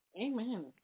Amen